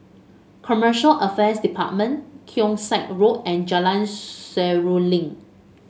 Commercial Affairs Department Keong Saik Road and Jalan Seruling